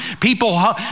people